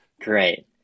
great